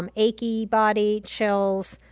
um achy body chills,